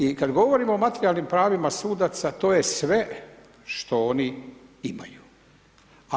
I kad govorimo o materijalnim pravima sudaca to je sve što oni imaju.